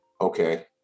okay